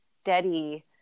steady